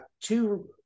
two